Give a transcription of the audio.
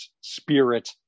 spirit